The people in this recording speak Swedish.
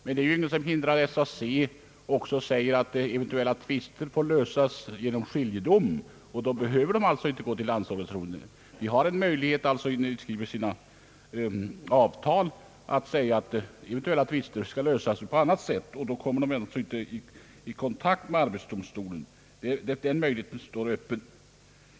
Men ingenting hindrar att SAC begär att eventuella tvister skall lösas genom skiljedom. SAC har en möjlighet att i sina avtal få inskrivet att eventuella tvister skall lösas på annat sätt än inför arbetsdomstol. Då undviker man att komma i kontakt med arbetsdomstolen; den möjligheten står öppen.